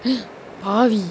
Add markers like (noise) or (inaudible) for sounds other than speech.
(noise) பாவி:paavi